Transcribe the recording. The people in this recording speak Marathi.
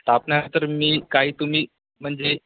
स्टाफ नाही तर मी काय तुम्ही म्हणजे